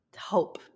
hope